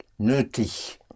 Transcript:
Nötig